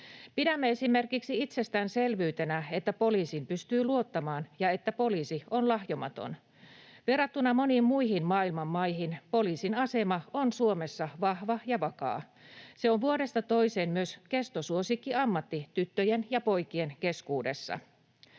Pidämme esimerkiksi itsestäänselvyytenä, että poliisiin pystyy luottamaan ja että poliisi on lahjomaton. Verrattuna moniin muihin maailman maihin poliisin asema on Suomessa vahva ja vakaa. Se on vuodesta toiseen myös kestosuosikkiammatti tyttöjen ja poikien keskuudessa.